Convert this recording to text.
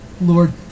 Lord